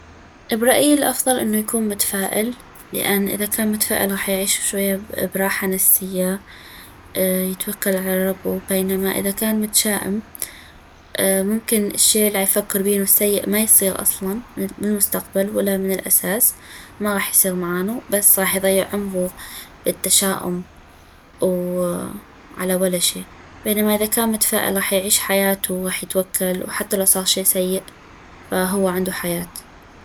برايي الافضل انو يكون متفائل لان اذا كان متفائل غاح يعيش شوية براحة نفسية يتوكل على ربو بينما اذا كان متشائم ممكن الشي الي عيفكر بينو السيئ ما يصيغ اصلا بالمستقبل ولا من الاساس ما غاح يصيغ معانو بس غاح يصيع عمغو بالتشاؤم على ولا شي بينما اذا كان متفائل غاح يعيش حياتو غاح يتوكل وحتى لو صاغ شي سيء فهو عندو حياة